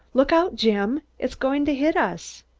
look out, jim! it's going to hit us.